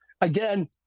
Again